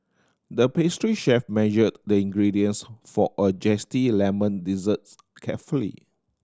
the pastry chef measured the ingredients for a zesty lemon desserts carefully